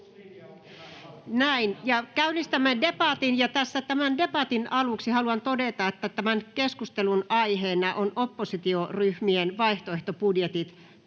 Näin. — Ja käynnistämme debatin. Tässä tämän debatin aluksi haluan todeta, että tämän keskustelun aiheena ovat oppositioryhmien vaihtoehtobudjetit